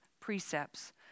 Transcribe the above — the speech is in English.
precepts